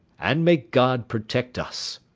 and may god protect us!